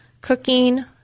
cooking